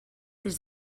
des